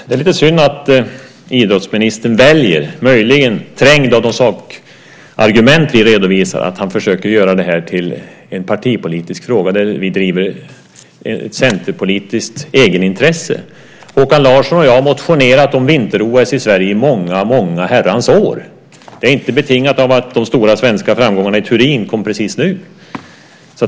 Herr talman! Det är lite synd att idrottsministern väljer, möjligen trängd av de sakargument vi redovisar, att försöka göra det här till en partipolitisk fråga där vi driver ett centerpolitiskt egenintresse. Håkan Larsson och jag har motionerat om vinter-OS i Sverige i många herrans år. Det är inte betingat av att de stora svenska framgångarna i Turin kom precis nu.